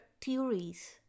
theories